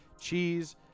cheese